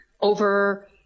over